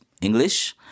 English